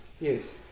Yes